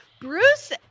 Bruce